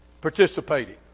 participating